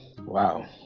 Wow